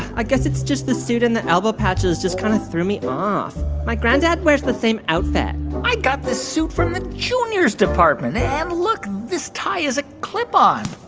i guess it's just the suit and the elbow patches just kind of threw me off. my granddad wears the same outfit i got this suit from the juniors department. and and look this tie is a clip-on